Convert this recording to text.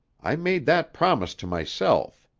i made that promise to myself.